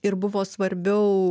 ir buvo svarbiau